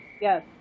Yes